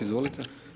Izvolite.